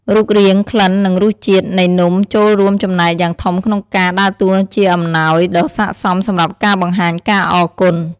រូបរាង ក្លិន និងរសជាតិនៃនំចូលរួមចំណែកយ៉ាងធំក្នុងការដើរតួជាអំណោយដ៏សាកសមសម្រាប់ការបង្ហាញការអរគុណ។